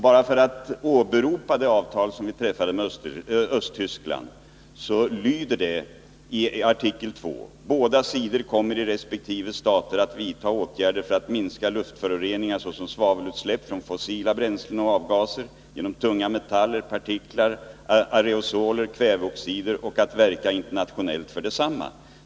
Bara för att åberopa det avtal som vi träffade med Östtyskland vill jag läsa upp artikel 2 i det avtalet: ”Båda sidor kommer i respektive stater att vidtaga åtgärder för att minska luftföroreningar, såsom svavelutsläpp från fossila bränslen och avgaser, genom tunga metaller, partiklar, aerosoler, kväveoxider, och att verka internationellt för detsamma.